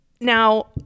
now